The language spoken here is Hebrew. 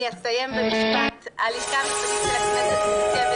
אני אסיים במשפט: הלשכה המשפטית של הכנסת מורכבת